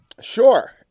Sure